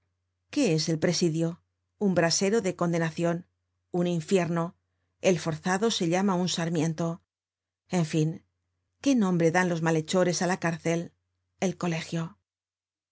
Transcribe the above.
qué es el presidio un brasero de condenacion un infierno el forzado se llama un sarmiento en fin qué nombre dan los malhechores á la cárcel el colegio